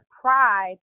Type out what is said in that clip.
pride